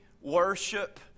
worship